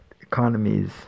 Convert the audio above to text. economies